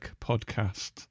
podcast